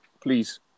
please